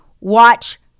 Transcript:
watch